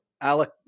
Alec